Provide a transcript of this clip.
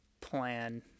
plan